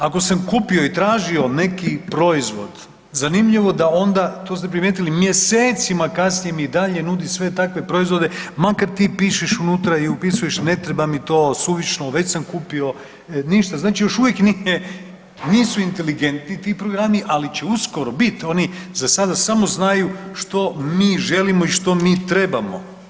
Ako sam kupio i tražio neki proizvod, zanimljivo da onda, to ste primijetili, mjesecima kasnije mi i dalje nudi sve takve proizvode makar tim pišeš unutra i upisuješ ne treba mi to, suvišno, već sam kupio, ništa, znači još uvijek nisu inteligentni ti programi ali ću uskoro bit, oni zasada samo znaju što mi želimo i što mi trebamo.